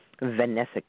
Vanessa